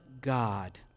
God